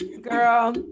Girl